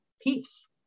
peace